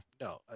no